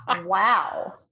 Wow